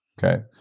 okay.